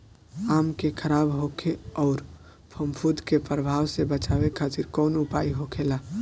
आम के खराब होखे अउर फफूद के प्रभाव से बचावे खातिर कउन उपाय होखेला?